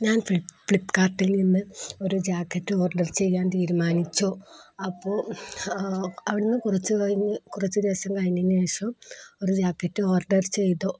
ഞാൻ ഫ്ലിപ്കാർട്ടിൽ നിന്ന് ഒരു ജാക്കറ്റ് ഓർഡർ ചെയ്യാൻ തീരുമാനിച്ചു അപ്പോള് അവിടുന്നു കുറച്ചുകഴിഞ്ഞ് കുറച്ചു ദിവസം കഴിഞ്ഞതിനുശേഷം ഒരു ജാക്കറ്റ് ഓർഡർ ചെയ്തു